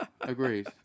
agreed